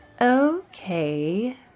Okay